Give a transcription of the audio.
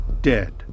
dead